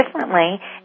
differently